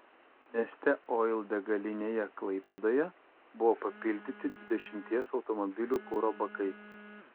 neste oil degalinėje klaipėdoje buvo papildyti dvidešimties automobilių kuro bakai